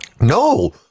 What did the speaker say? No